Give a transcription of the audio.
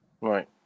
right